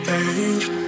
age